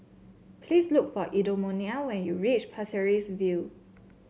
please look for Edmonia when you reach Pasir Ris View